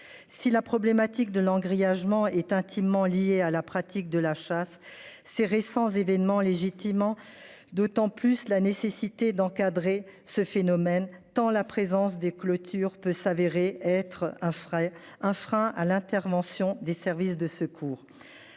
Si la problématique de l'an grillage en est intimement liée à la pratique de la chasse. Ces récents événements légitimement d'autant plus la nécessité d'encadrer ce phénomène tend la présence des clôtures peut s'avérer être un frère, un frein à l'intervention des services de secours